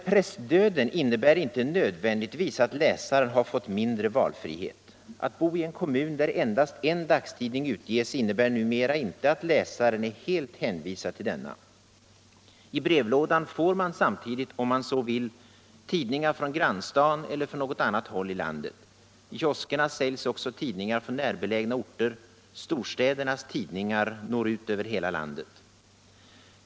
Pressdöden innebär dock inte nödvändigtvis att läsaren har fått mindre valfrihet. Att bo i en kommun där endast en dagstidning utges innebär numera inte att läsaren är helt hänvisad till denna. I brevlådan får man samtidigt — om man så vill — tidningar från grannstaden eller från något annat håll i landet. I kioskerna säljs också tidningar från närbelägna orter. Storstädernas tidningar når ut till hela landet.